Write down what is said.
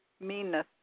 Meanness